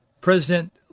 President